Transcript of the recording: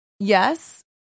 Yes